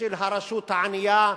ושל הרשות הענייה,